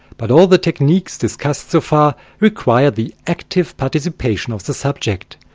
but all the techniques discussed so far require the active participation of the subject.